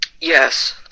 Yes